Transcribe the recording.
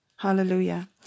Hallelujah